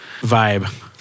Vibe